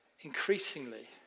increasingly